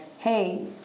Hey